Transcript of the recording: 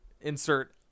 insert